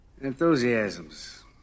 Enthusiasms